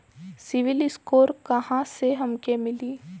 CIBIL score कहाँसे हमके मिली?